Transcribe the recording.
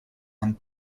and